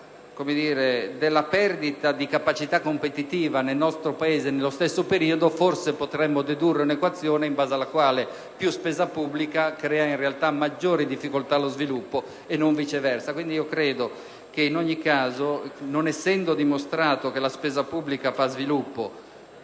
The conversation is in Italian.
la perdita di capacità competitiva nel nostro Paese nello stesso periodo, forse possiamo dedurne un'equazione in base alla quale più spesa pubblica crea in realtà maggiori difficoltà allo sviluppo e non viceversa. Credo quindi che, non essendo dimostrato dal *New Deal* in avanti